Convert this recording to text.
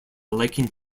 liking